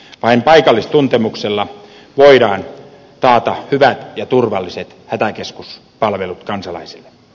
vain paikallistuntemuksella voidaan taata hyvät ja turvalliset hätäkeskuspalvelut kansalaisille